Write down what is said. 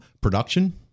production